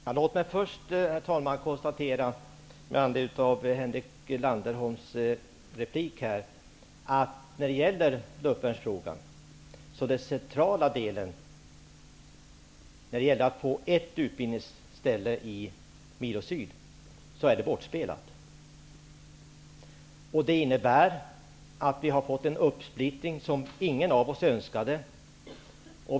Herr talman! Låt mig först konstatera med anledning av Henrik Landerholms replik att vårt förslag i den centrala delen av luftvärnsfrågan, när det gäller att få ett utbildningsställe i Milo Syd, är bortspelat. Det innebär att det blir en uppsplittring som ingen av oss önskade.